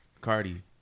Cardi